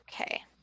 Okay